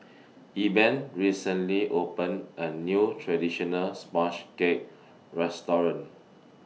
Eben recently opened A New Traditional Sponge Cake Restaurant